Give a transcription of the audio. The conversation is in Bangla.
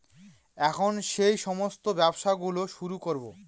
এখন সেই সমস্ত ব্যবসা গুলো শুরু করবো